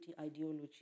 ideology